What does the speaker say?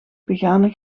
begane